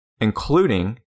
including